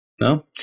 no